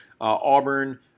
Auburn